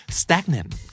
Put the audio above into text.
stagnant